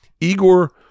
Igor